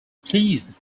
pleased